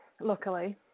luckily